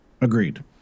Agreed